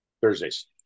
Thursdays